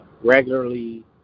regularly